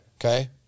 okay